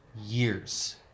years